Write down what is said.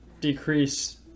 decrease